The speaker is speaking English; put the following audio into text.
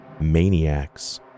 maniacs